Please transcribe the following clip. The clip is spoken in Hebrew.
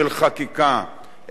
של חקיקה,